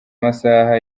masaha